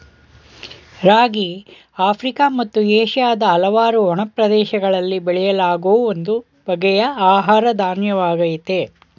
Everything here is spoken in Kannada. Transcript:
ರಾಗಿ ಆಫ್ರಿಕ ಮತ್ತು ಏಷ್ಯಾದ ಹಲವಾರು ಒಣ ಪ್ರದೇಶಗಳಲ್ಲಿ ಬೆಳೆಯಲಾಗೋ ಒಂದು ಬಗೆಯ ಆಹಾರ ಧಾನ್ಯವಾಗಯ್ತೆ